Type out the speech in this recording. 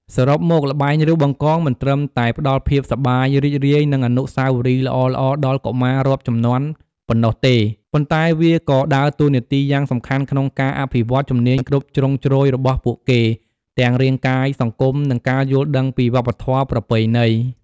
សរុបមក ល្បែង រាវបង្កង មិនត្រឹមតែផ្តល់ភាពសប្បាយរីករាយ និងអនុស្សាវរីយ៍ល្អៗដល់កុមាររាប់ជំនាន់ប៉ុណ្ណោះទេ ប៉ុន្តែវាក៏ដើរតួនាទីយ៉ាងសំខាន់ក្នុងការអភិវឌ្ឍន៍ជំនាញគ្រប់ជ្រុងជ្រោយរបស់ពួកគេ ទាំងរាងកាយ សង្គម និងការយល់ដឹងពីវប្បធម៌ប្រពៃណី។